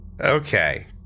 Okay